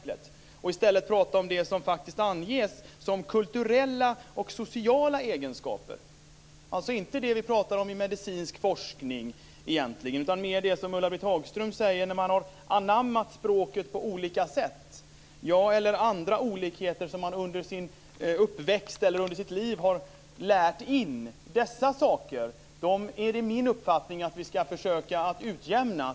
Låt oss i stället tala om det som anges som kulturella och sociala egenskaper, alltså inte det som vi talar om i medicinsk forskning utan mer, som Ulla-Britt Hagström säger, när man har anammat språket på olika sätt eller andra olikheter som man under sitt liv har lärt in. Dessa saker ska vi enligt min uppfattning försöka att utjämna.